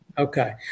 Okay